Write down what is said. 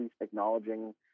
acknowledging